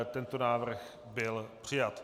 Tento návrh byl přijat.